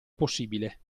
possibile